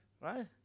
Right